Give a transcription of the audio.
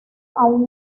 aún